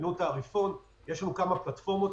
יש לנו כמה פלטפורמות,